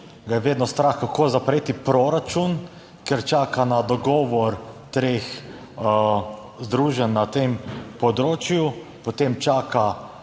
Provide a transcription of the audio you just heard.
ga je vedno strah, kako zapreti proračun, ker čaka na dogovor treh združenj na tem področju, potem čaka